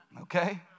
okay